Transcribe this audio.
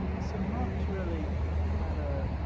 so, marc's really had a